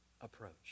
approach